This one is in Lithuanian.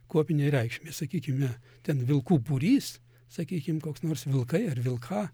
kuopinei reikšmei sakykime ten vilkų būrys sakykim koks nors vilkai ar vilką